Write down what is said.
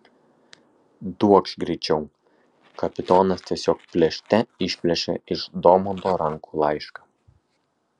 duokš greičiau kapitonas tiesiog plėšte išplėšė iš domanto rankų laišką